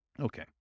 Okay